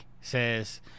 says